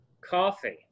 Coffee